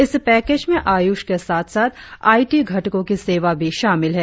इस पैकेज में आयुष के साथ साथ आई टी घटकों की सेवा भी शामिल है